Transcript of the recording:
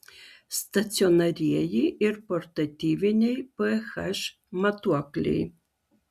stacionarieji ir portatyviniai ph matuokliai